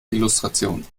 illustration